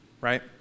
Right